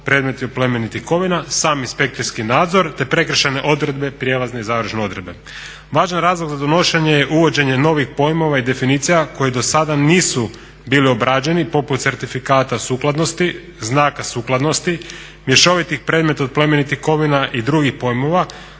predmeti od plemenitih kovina, sam inspektorski nadzor te prekršajne odredbe, prijelazne i završne odredbe. Važan razlog za donošenje je uvođenje novih pojmova i definicija koje do sada nisu bili obrađeni poput certifikata sukladnosti, znaka sukladnost, mješovitih predmeta od plemenitih kovina i drugih pojmova.